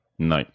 No